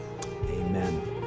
Amen